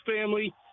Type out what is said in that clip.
family